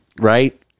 right